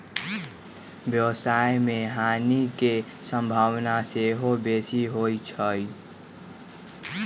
व्यवसाय में हानि के संभावना सेहो बेशी होइ छइ